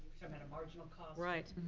um at a marginal cost. right.